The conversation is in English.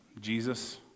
Jesus